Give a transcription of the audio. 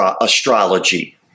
astrology